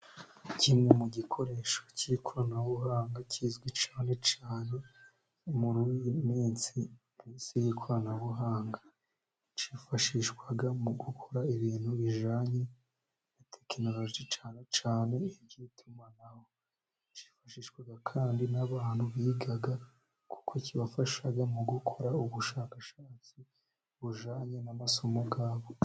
Kimwe mu gikoresho cy'ikoranabuhanga kizwi cyane cyane muri iyi minsi mu isi y'ikoranabuhanga. Cyifashishwa mu gukora ibintu bijyanye na tekinoroji cyane cyane icy'itumanaho, cyiyifashishwa kandi n'abantu biga kuko kibafasha mu gukora ubushakashatsi bujyanye n'amasomo yabo.